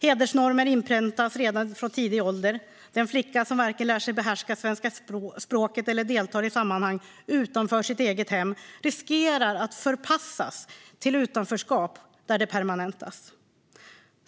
Hedersnormen inpräntas redan från tidig ålder: Den flicka som varken lär sig behärska svenska språket eller deltar i sammanhang utanför sitt eget hem riskerar att förpassas till ett utanförskap som permanentas.